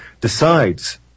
decides